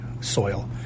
soil